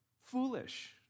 foolish